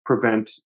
Prevent